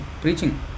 preaching